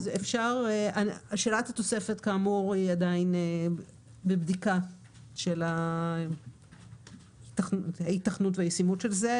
שאלת התוספת עדיין בבדיקה של ההיתכנות והישימות של זה,